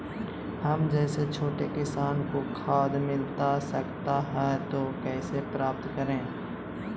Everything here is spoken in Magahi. हम जैसे छोटे किसान को खाद मिलता सकता है तो कैसे प्राप्त करें?